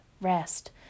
rest